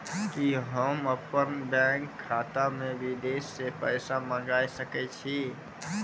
कि होम अपन बैंक खाता मे विदेश से पैसा मंगाय सकै छी?